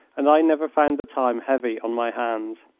and i never found the time heavy on my hands.